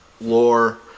lore